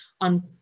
on